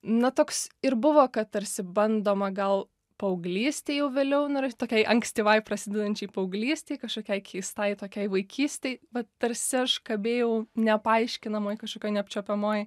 na toks ir buvo kad tarsi bandoma gal paauglystei jau vėliau nura tokiai ankstyvai prasidedančiai paauglystei kažkokiai keistai tokiai vaikystei bet tarsi aš kabėjau nepaaiškinamoj kažkokioj neapčiuopiamoj